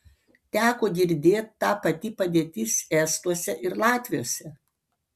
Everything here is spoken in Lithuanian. teko girdėt ta pati padėtis estuose ir latviuose